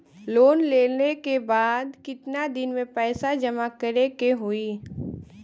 Loan लेले के बाद कितना दिन में पैसा जमा करे के होई?